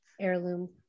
heirloom